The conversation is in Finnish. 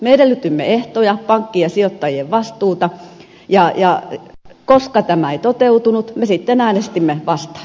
me edellytimme ehtoja pankkien ja sijoittajien vastuuta ja koska tämä ei toteutunut me sitten äänestimme vastaan